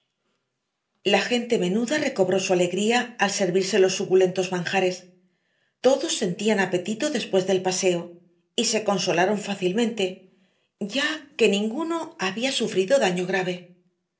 la gente menuda recobró su alegría al servirse los suculentos manjares todos sentían apetito después del paseo y se consolaron fácilmente ya que ninguno había sufrido daño grave